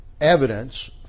evidence